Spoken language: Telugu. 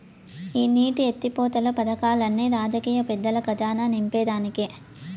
ఈ నీటి ఎత్తిపోతలు పదకాల్లన్ని రాజకీయ పెద్దల కజానా నింపేదానికే